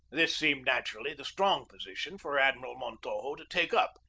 this seemed naturally the strong position for admiral montojo to take up,